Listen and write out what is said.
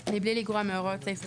מבלי לגרוע מהוראות סעיף (29),